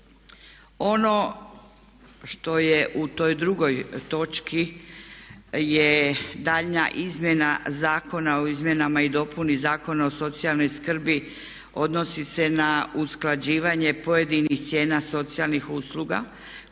Ono što je u toj drugoj točki je daljnja izmjena zakona o izmjenama i dopuni zakona o socijalnoj skrbi, odnosi se na usklađivanje pojedinih cijena socijalnih usluga koje domovi